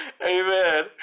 Amen